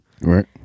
Right